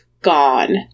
gone